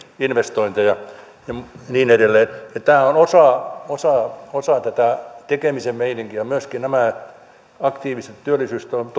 investointeja ja niin edelleen tämä on osa osa tätä tekemisen meininkiä myöskin nämä aktiiviset työllisyystoimet